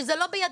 שזה לא בידי,